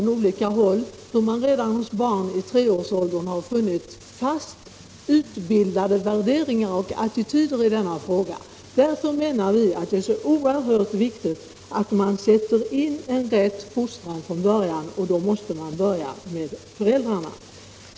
Jag skulle kunna ta exempel på hur man hos barn i treårsåldern har funnit fast utbildade värderingar och attityder. Därför menar vi att det är oerhört viktigt att tidigt sätta in en riktig fostran — och då måste man börja med föräldrarna!